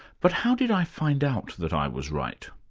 but how did i find out that i was right?